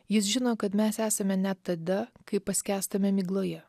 jis žino kad mes esame net tada kai paskęstame migloje